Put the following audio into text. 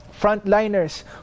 frontliners